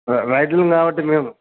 ర రైతులం కాబట్టి మేము